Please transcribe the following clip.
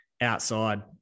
outside